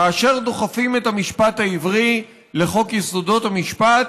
כאשר דוחפים את המשפט העברי לחוק יסודות המשפט